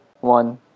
one